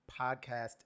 podcast